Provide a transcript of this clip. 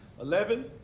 Eleven